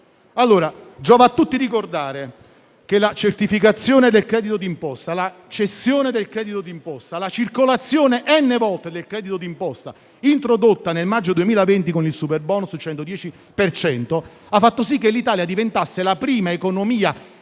pubblici. Giova a tutti ricordare che la certificazione del credito di imposta, la cessione del credito di imposta e la circolazione "n volte" del credito di imposta introdotta nel maggio 2020 con il superbonus al 110 per cento hanno fatto sì che l'Italia diventasse la prima economia